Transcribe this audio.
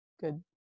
good